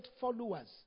followers